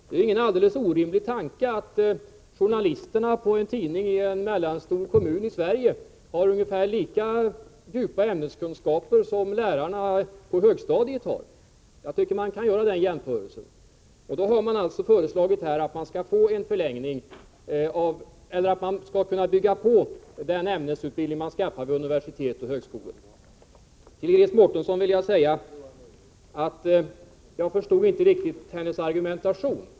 Det är ingen alldeles orimlig tanke att journalisterna på en tidning i en mellanstor kommun i Sverige har ungefär lika djupa ämneskunskaper som lärare på högstadiet. Jag tycker att den jämförelsen kan göras. Förslaget innebär att man skall kunna bygga på den ämnesutbildning man skaffar vid universitet och högskolor. Till Iris Mårtensson vill jag säga att jag inte riktigt förstod hennes argumentation.